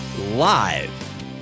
live